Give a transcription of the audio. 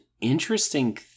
interesting